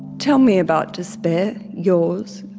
tell me about despair, yours,